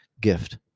gift